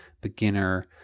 beginner